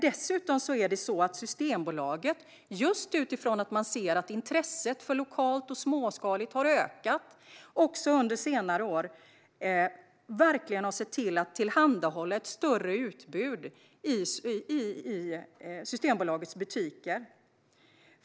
Dessutom har Systembolaget, just utifrån att man ser att intresset för lokalt och småskaligt har ökat under senare år, verkligen sett till att tillhandahålla ett större utbud av sådana varor i sina butiker.